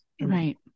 Right